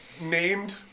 named